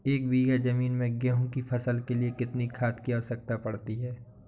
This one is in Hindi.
एक बीघा ज़मीन में गेहूँ की फसल के लिए कितनी खाद की आवश्यकता पड़ती है?